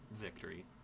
victory